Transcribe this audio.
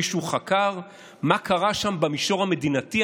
מישהו חקר מה קרה שם במישור המדינתי?